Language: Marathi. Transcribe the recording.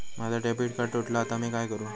माझा डेबिट कार्ड तुटला हा आता मी काय करू?